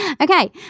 Okay